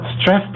stress